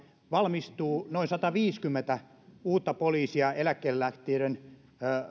valmistuu virkoihin noin sataviisikymmentä uutta poliisia eläkkeelle lähtijöiden